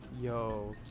Yo